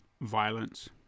violence